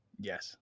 Yes